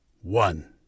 One